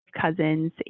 cousins